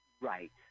Right